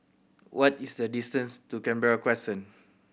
what is the distance to Canberra Crescent